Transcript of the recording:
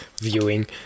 Viewing